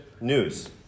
news